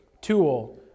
tool